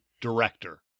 director